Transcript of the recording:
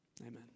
Amen